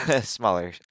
smaller